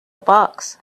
box